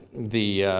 the.